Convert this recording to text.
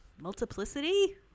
Multiplicity